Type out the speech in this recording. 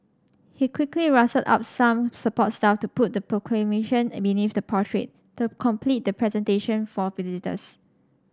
he quickly rustled up some support staff to put the proclamation a beneath the portrait to complete the presentation for visitors